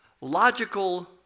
logical